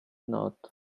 not